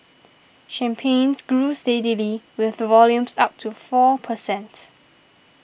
Champagnes grew steadily with volumes up to four per cent